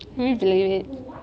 to date